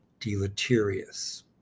deleterious